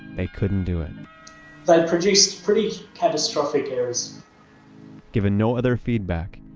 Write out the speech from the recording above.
they couldn't do it that produced pretty catastrophic errors given no other feedback,